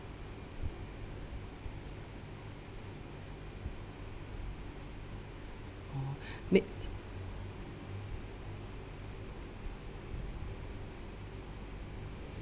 ah may~